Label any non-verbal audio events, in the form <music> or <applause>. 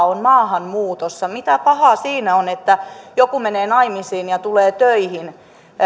<unintelligible> on maahanmuutossa mitä pahaa siinä on että joku menee naimisiin ja tulee töihin